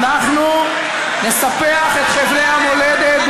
אתה רק מאיים.